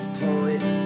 point